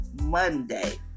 Monday